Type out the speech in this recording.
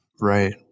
Right